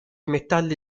metalli